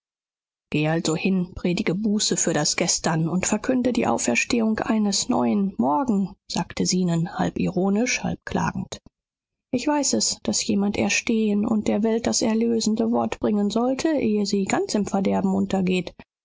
geh also hin predige buße für das gestern und verkünde die auferstehung eines neuen morgen sagte zenon halb ironisch halb klagend ich weiß es daß jemand erstehen und der welt das erlösende wort bringen sollte ehe sie ganz im verderben untergeht